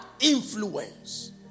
Influence